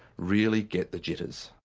really get the jitters.